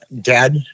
Dad